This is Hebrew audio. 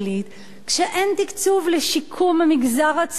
כשאין תקצוב לשיקום המגזר הציבורי,